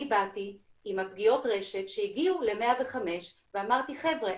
באתי עם פגיעות הרשת שהגיעו ל-105 ואמרתי 'חבר'ה,